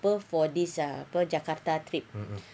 apa for this ah apa jakarta trip